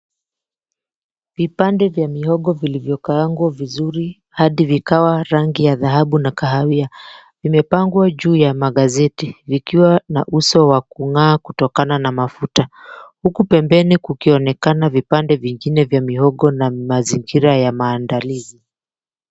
Vipande vya mihogo vilivyokaangwa vizuri hadi vikawa rangi ya dhahabu na kahawia, vimepangwa juu ya magazeti ikiwa na uso wa kung'aa kutokana na mafuta. Huku pembeni kukionekana vipande vingine vya mihogo na mazingira ya maandalizi.